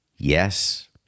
Yes